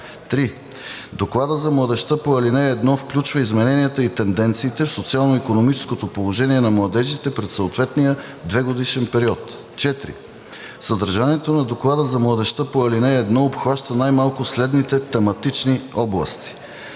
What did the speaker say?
(3) Докладът за младежта по ал. 1 включва измененията и тенденциите в социално-икономическото положение на младежите през съответния двегодишен период. (4) Съдържанието на доклада за младежта по ал. 1 обхваща най-малко следните тематични области: